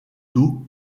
d’eau